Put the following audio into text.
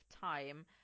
time